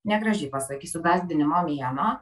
negražiai pasakysiu gąsdinimo mienuo